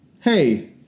hey